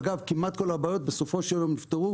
אגב, כמעט כל הבעיות בסופו של יום נפתרו.